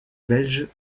belges